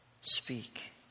speak